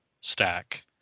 stack